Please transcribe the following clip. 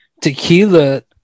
Tequila